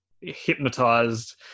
hypnotized